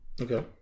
Okay